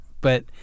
but-